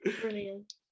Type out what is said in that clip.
Brilliant